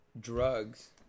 drugs